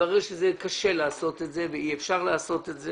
יתברר שזה קשה לעשות את זה ואי אפשר לעשות את זה